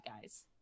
guys